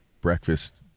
breakfast